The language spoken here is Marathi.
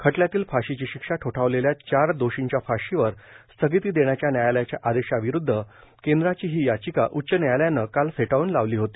खटल्यातील फाशीची शिक्षा ठोठावलेल्या चार दोषींच्या फाशीवर स्थगिती देण्याच्या न्यायालयाच्या आदेशाविरूद्ध केंद्राची ही याचिका उच्च न्यायालयानं काल फेटाळून लावली होती